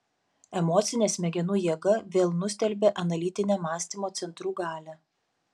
emocinė smegenų jėga vėl nustelbia analitinę mąstymo centrų galią